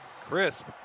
Crisp